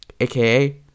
aka